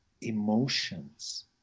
emotions